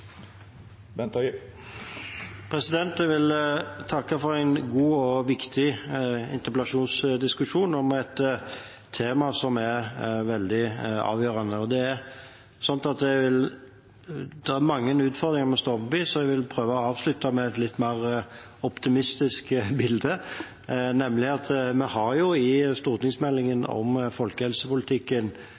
viktig interpellasjonsdiskusjon om et tema som er veldig avgjørende. Det er mange utfordringer vi står overfor, så jeg vil prøve å avslutte med et litt mer optimistisk bilde, nemlig at vi i stortingsmeldingen om folkehelsepolitikken